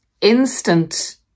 instant